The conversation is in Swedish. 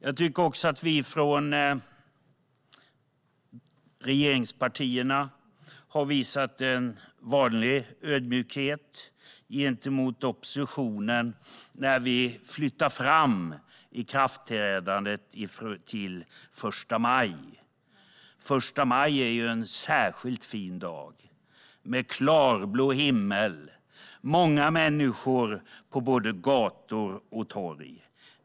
Jag tycker också att vi från regeringspartierna har visat en vanlig ödmjukhet gentemot oppositionen när vi flyttar fram ikraftträdandet till den 1 maj. Första maj är en särskilt fin dag med klarblå himmel och många människor på gator och torg.